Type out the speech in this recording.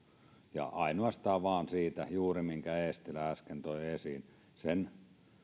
ja ainoastaan vain sen takia juuri minkä eestilä äsken toi esiin sen